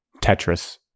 Tetris